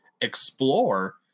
explore